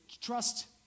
Trust